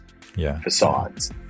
facades